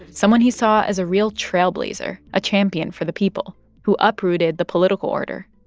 someone he saw as a real trailblazer, a champion for the people who uprooted the political order.